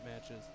matches